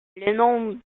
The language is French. nom